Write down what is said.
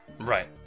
Right